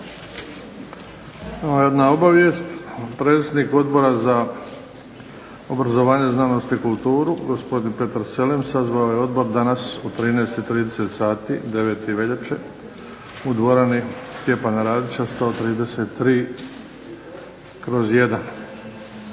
Hvala. Jedna obavijest. Predsjednik Odbora za obrazovanje, znanost i kulturu, gospodin Petar Selem, sazvao je odbor danas u 13 i 30 sati, 9. veljače u dvorani Stjepana Radića 133/I.